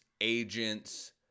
agents